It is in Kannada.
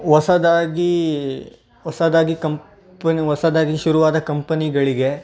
ಹೊಸದಾಗಿ ಹೊಸದಾಗಿ ಕಂಪನಿ ಹೊಸದಾಗಿ ಶುರುವಾದ ಕಂಪನಿಗಳಿಗೆ